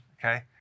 okay